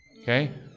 Okay